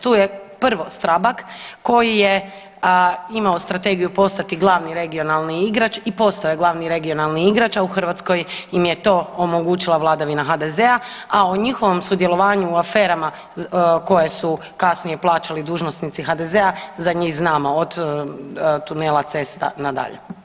Tu je prvo Strabag koji je imao strategiju postati glavni regionalni igrač i postao je glavni regionalni igrač, a u Hrvatskoj im je to omogućila vladavina HDZ-a, a o njihovom sudjelovanju u aferama koje su kasnije plaćali dužnosnici HDZ-a za njih znamo, od tunela, cesta, nadalje.